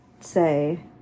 say